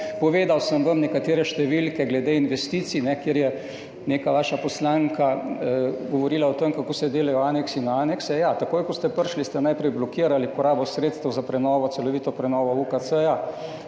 Povedal sem vam nekatere številke glede investicij, kjer je neka vaša poslanka govorila o tem, kako se delajo aneksi na anekse. Ja, takoj, ko ste prišli, ste najprej blokirali porabo sredstev za prenovo, celovito prenovo UKC